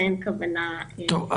טוב.